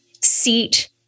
seat